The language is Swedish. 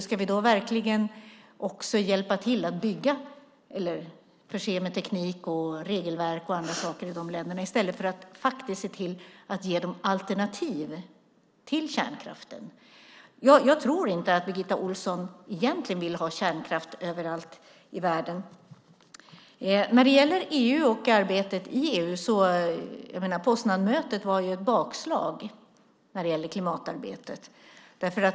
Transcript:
Ska vi då verkligen förse dem med teknik och regelverk i stället för att ge dem alternativ till kärnkraften? Jag tror inte att Birgitta Ohlsson vill ha kärnkraft överallt i världen. När det gäller EU och arbetet i EU var Poznanmötet ett bakslag för klimatarbetet.